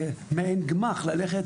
מעיין גמ"ח, ללכת